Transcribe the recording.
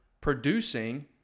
producing